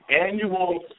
annual